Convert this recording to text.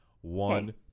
One